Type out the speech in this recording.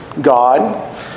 God